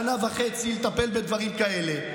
שנה וחצי לטפל בדברים כאלה,